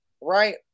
right